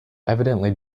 evidently